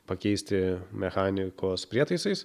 pakeisti mechanikos prietaisais